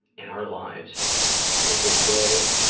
in our lives is a way,